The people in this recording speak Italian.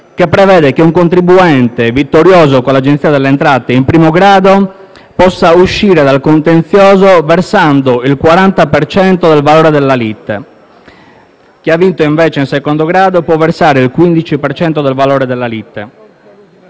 che prevede che un contribuente vittorioso con l'Agenzia delle entrate in primo grado possa uscire dal contenzioso versando il 40 per cento del valore della lite (chi ha vinto, invece, in secondo grado può versare il 15 per cento del valore della lite);